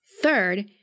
Third